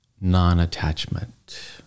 non-attachment